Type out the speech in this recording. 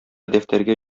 дәфтәргә